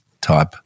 type